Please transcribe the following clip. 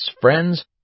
friends